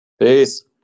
Peace